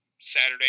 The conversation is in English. Saturday